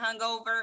hungover